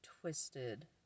twisted